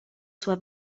sua